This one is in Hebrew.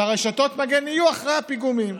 שרשתות המגן יהיו אחרי הפיגומים.